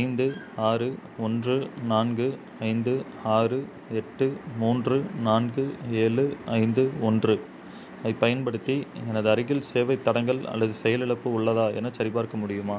ஐந்து ஆறு ஒன்று நான்கு ஐந்து ஆறு எட்டு மூன்று நான்கு ஏழு ஐந்து ஒன்று ஐப் பயன்படுத்தி எனது அருகில் சேவைத் தடங்கல் அல்லது செயலிழப்பு உள்ளதா எனச் சரிபார்க்க முடியுமா